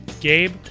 Gabe